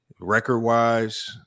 record-wise